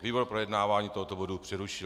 Výbor projednávání tohoto bodu přerušil.